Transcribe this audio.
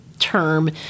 term